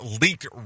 leaked